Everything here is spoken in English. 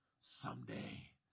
Someday